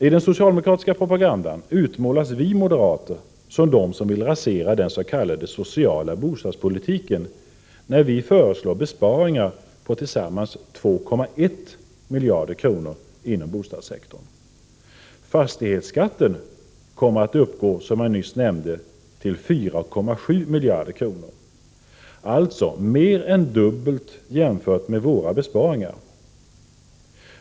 I den socialdemokratiska propagandan utmålas vi moderater som de som vill rasera den s.k. sociala bostadspolitiken när vi föreslår besparingar på tillsammans 2,1 miljarder kronor inom bostadssektorn. Fastighetsskatten kommer att uppgå till 4,7 miljarder kronor, alltså mer än dubbelt jämfört med våra besparingar.